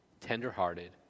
tenderhearted